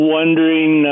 wondering